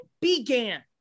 began